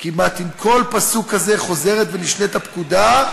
כמעט עם כל פסוק כזה חוזרת ונשנית הפקודה: